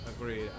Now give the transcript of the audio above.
agreed